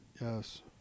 Yes